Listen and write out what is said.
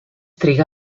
trigà